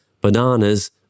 bananas